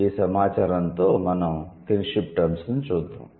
ఈ సమాచారంతో మనం కిన్షిప్ టర్మ్స్ ను చూద్దాం